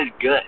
good